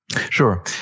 Sure